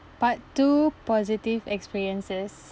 part two positive experiences